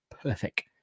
perfect